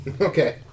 Okay